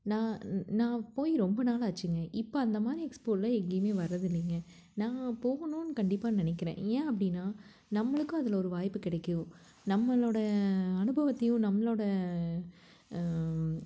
நான் நான் போய் ரொம்ப நாள் ஆச்சுங்க இப்போ அந்த மாதிரி எக்ஸ்போலாம் எங்கேயுமே வரது இல்லைங்க நான் போகணும்னு கண்டிப்பாக நினைக்கிறேன் ஏன் அப்படின்னா நம்மளுக்கும் அதில் ஒரு வாய்ப்பு கிடைக்கும் நம்மளோடய அனுபவத்தையும் நம்மளோடய